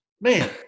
Man